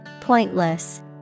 Pointless